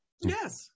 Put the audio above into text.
Yes